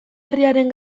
herriaren